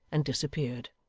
and disappeared.